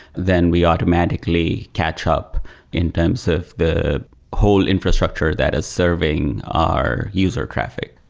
then we automatically catch up in terms of the whole infrastructure that is surveying our user traffic.